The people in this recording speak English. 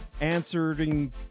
answering